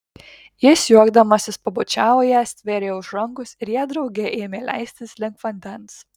jis juokdamasis pabučiavo ją stvėrė už rankos ir jie drauge ėmė leistis link vandens